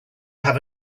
have